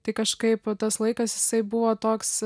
tai kažkaip tas laikas jisai buvo toks